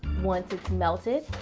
once it's melted,